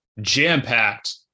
jam-packed